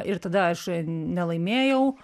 ir tada aš nelaimėjau